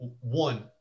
One